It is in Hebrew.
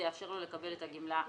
זה יאפשר לו לקבל את הגמלה בכסף.